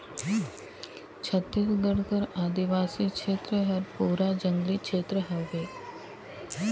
छत्तीसगढ़ कर आदिवासी छेत्र हर पूरा जंगली छेत्र हवे